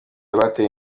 rwateye